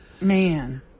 Man